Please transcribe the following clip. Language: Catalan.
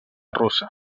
russa